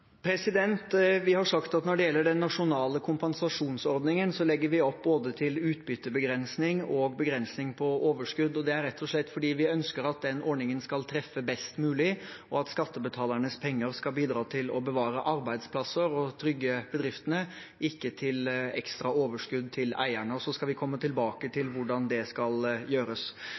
Vi har sagt at når det gjelder den nasjonale kompensasjonsordningen, legger vi opp til både utbyttebegrensning og begrensning på overskudd. Det er rett og slett fordi vi ønsker at den ordningen skal treffe best mulig, og at skattebetalernes penger skal bidra til å bevare arbeidsplasser og trygge bedriftene, ikke til å gi ekstra overskudd til eierne. Vi skal komme tilbake til hvordan det skal gjøres.